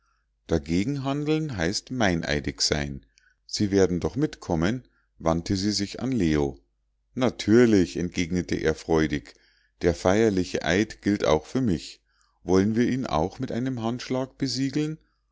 dagegen handeln heißt meineidig sein sie werden doch mitkommen wandte sie sich an leo natürlich entgegnete er freudig der feierliche eid gilt auch für mich wollen wir ihn auch mit einem handschlag besiegeln